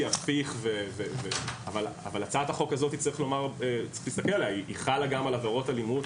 הפיך אבל צריך לומר שהצעת החוק הזאת חלה גם על עבירות אלימות